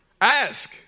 Ask